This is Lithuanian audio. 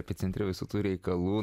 epicentre visų tų reikalų